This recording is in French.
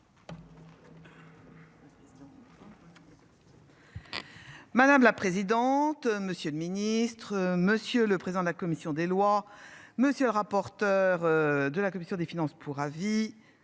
Madame la présidente, monsieur le ministre, monsieur le président de la commission des lois. Monsieur le rapporteur de la commission des finances pour avis,